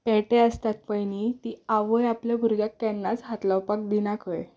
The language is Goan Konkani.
पेटे आसतात पळय न्हय ती आवय आपल्या भुरग्याक केन्नाच हात लावपाक दिना खंय